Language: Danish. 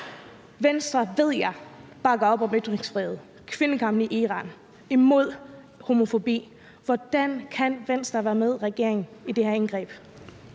Venstre ved jeg bakker op om ytringsfriheden og kvindekampen i Iran og er imod homofobi. Hvordan kan Venstre være med i det her indgreb